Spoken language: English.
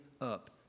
up